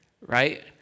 right